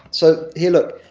so, here look,